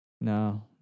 No